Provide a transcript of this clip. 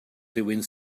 rywun